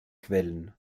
quellen